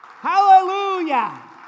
Hallelujah